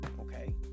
Okay